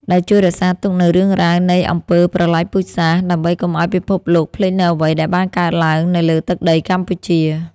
ដែលជួយរក្សាទុកនូវរឿងរ៉ាវនៃអំពើប្រល័យពូជសាសន៍ ដើម្បីកុំឲ្យពិភពលោកភ្លេចនូវអ្វីដែលបានកើតឡើងនៅលើទឹកដីកម្ពុជា។